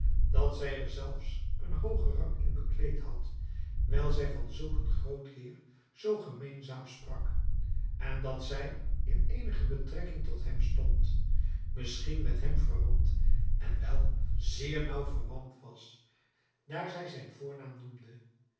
dat zij er zelfs een hoogen rang in bekleed had wijl zij van zulk een groot heer zoo gemeenzaam sprak en dat zij in eenige betrekking tot hem stond misschien met hem verwant en wel zeer nauw verwant was daar zij zijn voornaam noemde